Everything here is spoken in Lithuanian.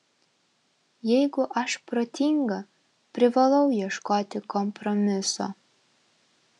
jeigu aš protinga privalau ieškoti kompromiso